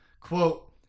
quote